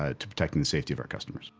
ah to protecting the safety of our customers